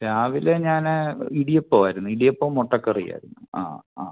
രാവിലെ ഞാൻ ഇടിയപ്പവായിരുന്നു ഇടിയപ്പം മുട്ടക്കറിയായിരുന്നു ആ ആ